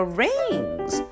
rings